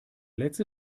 letzte